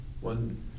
One